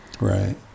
right